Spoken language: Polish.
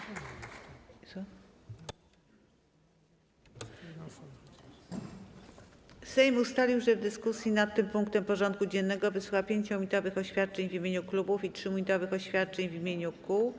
Sejm ustalił, że w dyskusji nad tym punktem porządku dziennego wysłucha 5-minutowych oświadczeń w imieniu klubów i 3-minutowych oświadczeń w imieniu kół.